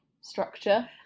structure